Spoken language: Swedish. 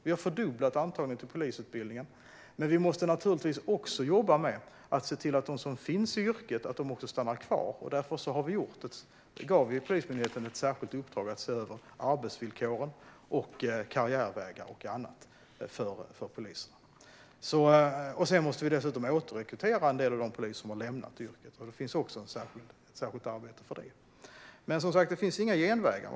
Vi har fördubblat antalet platser i polisutbildningen, men vi måste naturligtvis även jobba med att se till att de som finns i yrket också stannar kvar. Därför har vi gett Polismyndigheten ett särskilt uppdrag att se över arbetsvillkor, karriärvägar och annat för polisen. Vi måste dessutom återrekrytera en del av de poliser som har lämnat yrket, och det finns ett särskilt arbete också för detta. Men det finns som sagt inga genvägar.